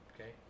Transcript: Okay